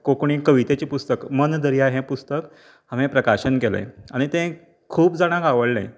कोंकणी कवितेचें पुस्तक मन दर्या हें पुस्तक हांवेन प्रकाशन केलें आनी तें खूब जाणांक आवडलें